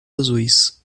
azuis